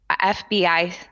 FBI